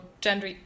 gender